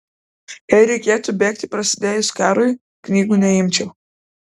jei reikėtų bėgti prasidėjus karui knygų neimčiau